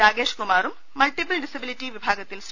രാഗേഷ് കുമാറും multiple disability വിഭാഗത്തിൽ C